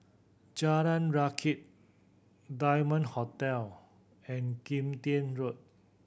Jalan Rakit Diamond Hotel and Kim Tian Road